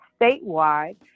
statewide